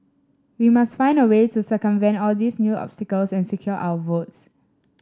we must find a way to circumvent all these new obstacles and secure our votes